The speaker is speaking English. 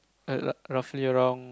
err roughly around